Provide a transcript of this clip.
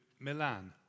Milan